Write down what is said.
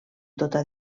tota